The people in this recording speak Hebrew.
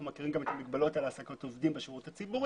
אנחנו מכירים גם את המגבלות על העסקות עובדים בשירות הציבורי,